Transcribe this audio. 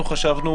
אנחנו חשבנו,